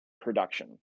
production